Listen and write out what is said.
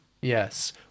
yes